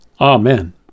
Amen